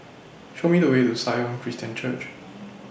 Show Me The Way to Sion Christian Church